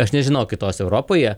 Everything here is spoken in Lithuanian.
aš nežinau kitos europoje